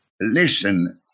listen